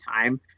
time